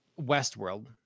Westworld